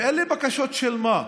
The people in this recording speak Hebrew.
ואלה בקשות של מה?